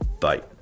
Bye